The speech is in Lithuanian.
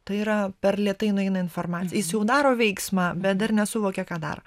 tai yra per lėtai nueina informacij jis jau daro veiksmą bet dar nesuvokia ką daro